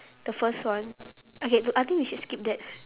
the first one okay I think we should skip that